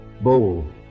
Bold